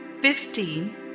fifteen